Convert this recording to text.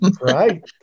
Right